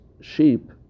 sheep